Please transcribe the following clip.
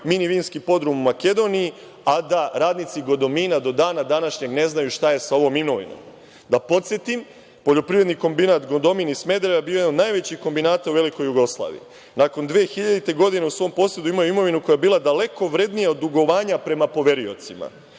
mini vinski podrum u Makedoniji, a da radnici Godomina do dana današnjeg ne znaju šta je sa ovom imovinom? Da podsetim, Poljoprivredni kombinat Godomin iz Smedereva bio je jedan od najvećih kombinata u velikoj Jugoslaviji. Nakon 2000. godine, u svom posedu imao je imovinu koja je bila daleko vrednika od dugovanja prema poveriocima,